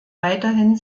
weiterhin